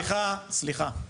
סליחה, סליחה, סליחה.